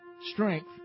strength